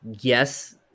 yes